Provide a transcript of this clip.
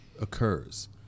occurs